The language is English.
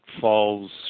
falls